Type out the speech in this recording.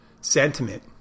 sentiment